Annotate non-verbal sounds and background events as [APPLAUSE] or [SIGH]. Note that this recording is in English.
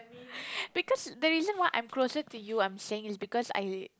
[BREATH] because the reason why I'm closer to you I'm saying is because I